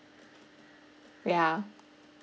yeah